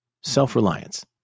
Self-reliance